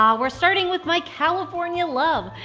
um we're starting with my california love.